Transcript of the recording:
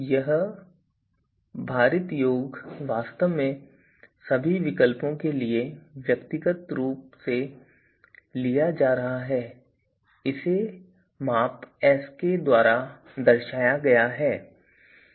यह भारित योग वास्तव में सभी विकल्पों के लिए व्यक्तिगत रूप से लिया जा रहा है और इसे माप Sk द्वारा दर्शाया गया है